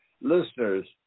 listeners